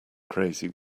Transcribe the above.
crazy